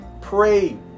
pray